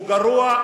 הוא גרוע.